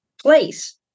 place